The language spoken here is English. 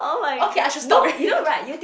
okay I should stop